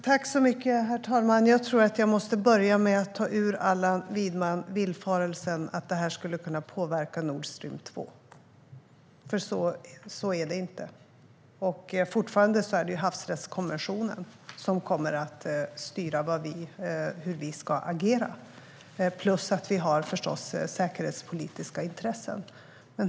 Herr talman! Jag tror att jag måste börja med att ta ur Allan Widman villfarelsen att detta skulle kunna påverka Nord Stream 2. Så är det inte. Det är havsrättskonventionen som styr hur vi ska agera. Dessutom har vi naturligtvis säkerhetspolitiska intressen.